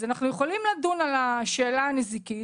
אנחנו יכולים לדון על השאלה הנזיקית,